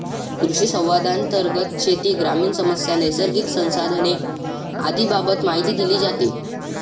कृषिसंवादांतर्गत शेती, ग्रामीण समस्या, नैसर्गिक संसाधने आदींबाबत माहिती दिली जाते